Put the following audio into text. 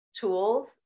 tools